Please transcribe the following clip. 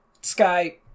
Sky